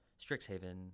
Strixhaven